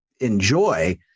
enjoy